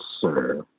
sir